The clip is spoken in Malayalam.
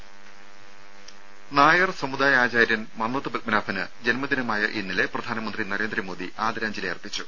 രുര നായർ സമുദായാചാര്യൻ മന്നത്ത് പത്മനാഭന് ജന്മദിനമായ ഇന്നലെ പ്രധാനമന്ത്രി നരേന്ദ്രമോദി ആദരാഞ്ജലി അർപ്പിച്ചു